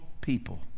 people